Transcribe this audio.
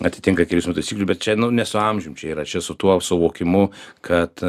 atitinka kelių eismo taisyklių bet čia nu ne su amžium čia yra čia su tuo suvokimu kad